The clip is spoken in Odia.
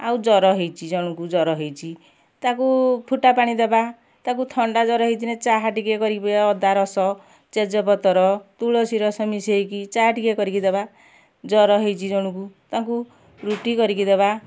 ଆଉ ଜର ହେଇଛି ଜଣଙ୍କୁ ଜର ହେଇଛି ତାକୁ ଫୁଟା ପାଣି ଦେବା ତାକୁ ଥଣ୍ଡା ଜର ହେଇଥିନେ ଚାହା ଟିକେ କରି ପିଇବା ଅଦା ରସ ଚେଜ ପତର ତୁଳସୀ ରସ ମିଶେଇକି ଚା ଟିକେ କରିକି ଦବା ଜର ହେଇଛି ଜଣକୁ ତାଙ୍କୁ ରୁଟି କରିକି ଦବା